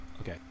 Okay